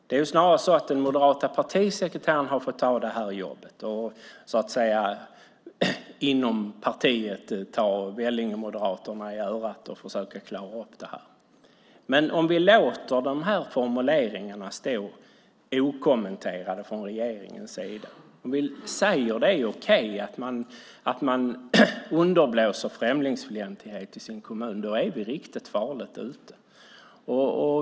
Det är snarare den moderata partisekreteraren som har fått ta jobbet att inom partiet ta Vellingemoderaterna i örat och försöka klara upp det. Om vi låter de här formuleringarna stå okommenterade från regeringens sida, om vi säger att det är okej att man underblåser främlingsfientlighet i sin kommun är vi riktigt farligt ute.